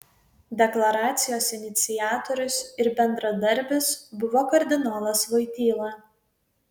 deklaracijos iniciatorius ir bendradarbis buvo kardinolas voityla